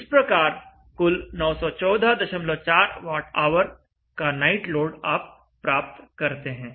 इस प्रकार कुल 9144 वाट ऑवर का नाइट लोड आप प्राप्त करते हैं